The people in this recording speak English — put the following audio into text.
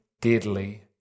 deadly